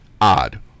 Odd